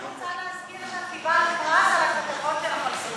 אני רוצה להזכיר שאת קיבלת פרס על הכתבות שלך על סוסיא.